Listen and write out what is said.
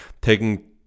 taking